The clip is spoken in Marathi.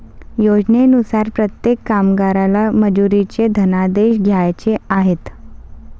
योजनेनुसार प्रत्येक कामगाराला मजुरीचे धनादेश द्यायचे आहेत